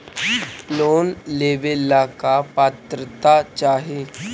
Loan लेवेला का पात्रता चाही?